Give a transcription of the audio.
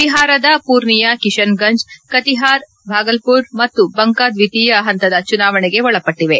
ಬಿಹಾರದ ಪೊರ್ನಿಯಾ ಕಿಶನ್ ಗಂಜ್ ಕಠಿಹಾರ್ ಭಾಗಲ್ಪುರ್ ಮತ್ತು ಬಂಕಾ ದ್ವಿತೀಯ ಹಂತದ ಚುನಾವಣೆಗೆ ಒಳಪಟ್ಟಿವೆ